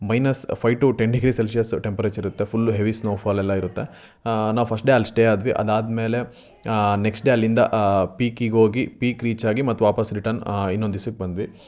minus five to ten degree Celsius temperature ಇರುತ್ತೆ full heavy snow fall ಎಲ್ಲ ಇರುತ್ತೆ ನಾವು ಫಸ್ಟ್ ಡೇ ಅಲ್ಲಿ ಸ್ಟೇ ಆದ್ವಿ ಅದಾದ ಮೇಲೆ ನೆಕ್ಸ್ಟ್ ಡೇ ಅಲ್ಲಿಂದ ಪೀಕಿಗೆ ಹೋಗಿ ಪೀಕ್ ರೀಚ್ ಆಗಿ ಮತ್ತೆ ವಾಪಸ್ ರಿಟರ್ನ್ ಇನ್ನೊಂದು ದಿವ್ಸಕ್ ಬಂದ್ವಿ